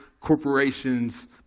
corporations